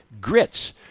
grits